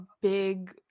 big